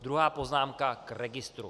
Druhá poznámka k registru.